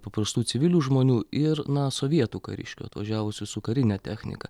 paprastų civilių žmonių ir na sovietų kariškių atvažiavusių su karine technika